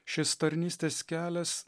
šis tarnystės kelias